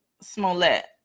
Smollett